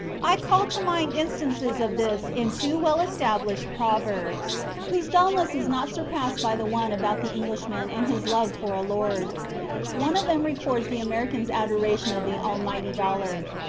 i call to mind instances of this in two well-established proverbs, whose dullness is not surpassed by the one about the englishman and his love for a lord one of them records the american's adoration of the almighty dollar,